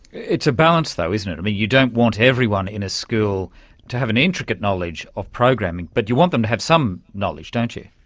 it's a balance though, isn't it. i mean, you don't want everyone in a school to have an intricate knowledge of programming, but you want them to have some knowledge, don't you.